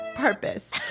purpose